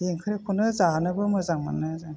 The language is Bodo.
बेफोरखौनो जानोबो मोजां मोनो जों